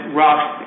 rough